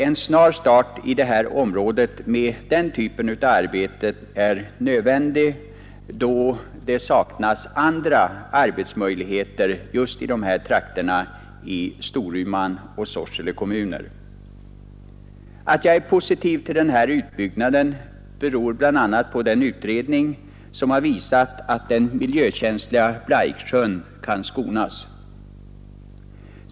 En snar start i detta område med den typen av arbete är nödvändig då det saknas andra arbetsmöjligheter just i dessa trakter i Storumans och Sorsele kommuner. 59 Att jag är positiv till denna utbyggnad beror bl.a. på att en utredning visat att den miljökänsliga Blaiksjön kan skonas.